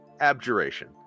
Abjuration